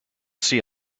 see